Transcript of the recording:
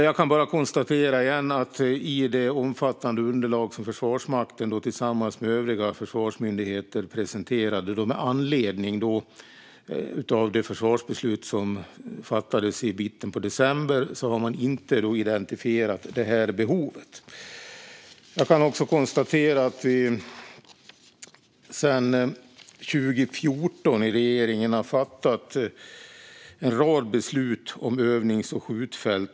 Jag kan återigen konstatera att man i det omfattande underlag som Försvarsmakten tillsammans med övriga försvarsmyndigheter presenterade med anledning av det försvarsbeslut som fattades i mitten av december inte har identifierat detta behov. Jag kan också konstatera att regeringen sedan 2014 har fattat en rad beslut om övnings och skjutfält.